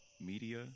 Media